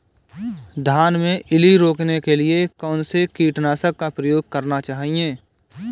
धान में इल्ली रोकने के लिए कौनसे कीटनाशक का प्रयोग करना चाहिए?